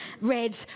Red